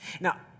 Now